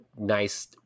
nice